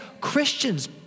Christians